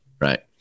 right